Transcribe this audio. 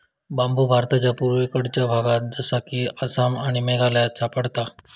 बांबु भारताच्या पुर्वेकडच्या भागात जसा कि आसाम आणि मेघालयात सापडता